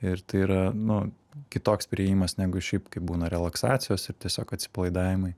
ir tai yra nu kitoks priėjimas negu šiaip kai būna relaksacijos ir tiesiog atsipalaidavimai